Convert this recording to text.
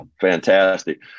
fantastic